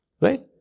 Right